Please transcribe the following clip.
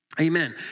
Amen